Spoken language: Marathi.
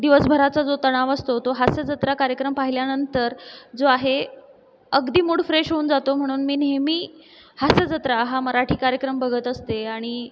दिवस भराचा जो तणाव असतो तो हास्य जत्रा कार्यक्रम पहिल्यानंतर जो आहे अगदी मूड फ्रेश होऊन जातो म्हणून मी नेहमी हास्य जत्रा हा मराठी कार्यक्रम बघत असते आणि